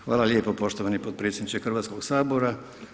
Hvala lijepo poštovani potpredsjedniče Hrvatskog sabora.